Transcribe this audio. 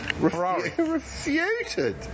Refuted